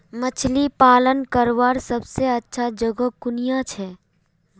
मछली पालन करवार सबसे अच्छा जगह कुनियाँ छे?